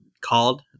called